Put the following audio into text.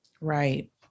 Right